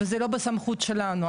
וזה לא בסמכות שלנו,